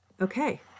okay